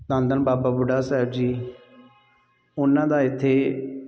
ਧੰਨ ਧੰਨ ਬਾਬਾ ਬੁੱਢਾ ਸਾਹਿਬ ਜੀ ਉਹਨਾਂ ਦਾ ਇੱਥੇ